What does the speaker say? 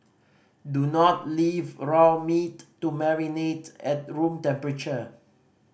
do not leave raw meat to marinate at room temperature